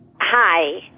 Hi